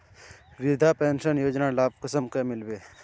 वृद्धा पेंशन योजनार लाभ कुंसम मिलबे?